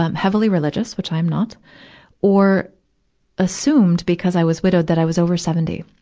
um heavily religious which i am not or assumed, because i was widowed, that i was over seventy.